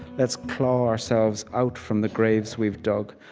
let's claw ourselves out from the graves we've dug.